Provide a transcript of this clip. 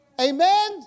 Amen